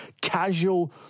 casual